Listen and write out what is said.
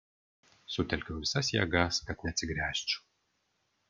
sutelkiau visas jėgas kad neatsigręžčiau